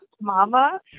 Mama